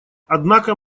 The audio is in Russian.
однако